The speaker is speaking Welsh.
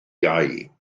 iau